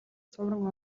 цувран